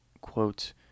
Quote